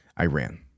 Iran